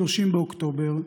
30 באוקטובר,